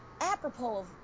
apropos